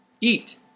eat